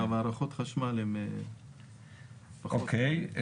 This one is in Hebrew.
מערכות החשמל הן פחות דורשות.